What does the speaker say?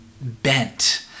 bent